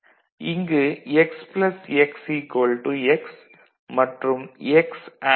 இங்கு x plus x x மற்றும் x and x x